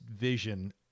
vision